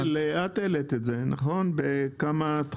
יעל, גם את העלית את זה לגבי כמה תחומים.